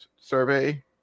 survey